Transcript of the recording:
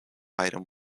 item